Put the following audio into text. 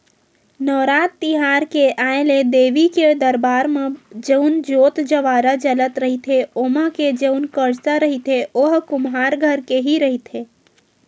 नवरात तिहार के आय ले देवी के दरबार म जउन जोंत जंवारा जलत रहिथे ओमा के जउन करसा रहिथे ओहा कुम्हार घर के ही रहिथे